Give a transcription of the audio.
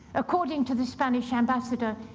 according to the spanish ambassador,